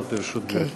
לרשות גברתי.